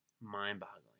Mind-boggling